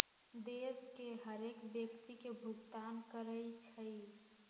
देश के हरेक व्यक्ति के भुगतान करइ छइ